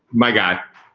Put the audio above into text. my guy.